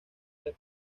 tres